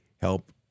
help